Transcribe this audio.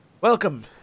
Welcome